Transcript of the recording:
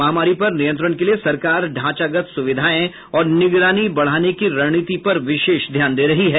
महामारी पर नियंत्रण के लिए सरकार ढांचागत सुविधाएं और निगरानी बढ़ाने की रणनीति पर विशेष ध्यान दे रही है